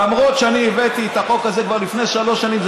למרות שאני הבאתי את החוק הזה כבר לפני שלוש שנים.